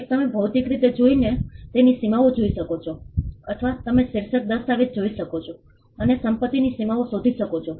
એક તમે ભૌતિક રીતે જોઈને તેની સીમાઓ જોઈ શકો છો અથવા તમે શીર્ષક દસ્તાવેજ જોઈ શકો છો અને સંપત્તિની સીમાઓ શોધી શકો છો